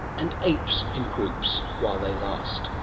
and apes in groups. while they last